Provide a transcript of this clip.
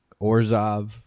Orzov